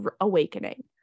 awakening